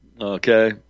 Okay